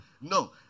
No